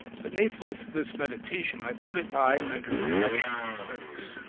but natheless this meditation i put it aye under correction of clerkes,